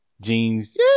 Jeans